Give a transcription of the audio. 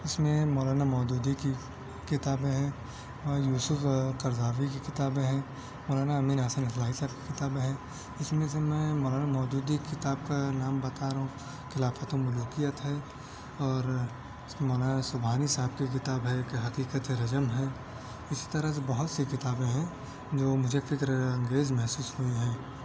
اس میں مولانا مودودی کی کتابیں ہیں اور یوسف قرضاوی کی کتابیں ہیں مولانا امین احسن اصلاحی صاحب کی کتابیں ہیں اس میں سے میں مولانا مودودی کی کتاب کا نام بتا رہا ہوں خلافت و ملوکیت ہے اور مولانا سبحانی صاحب کی کتاب ہے کہ حقیقت رجم ہے اسی طرح سے بہت سی کتابیں ہیں جو مجھے فکر انگیز محسوس ہوئی ہیں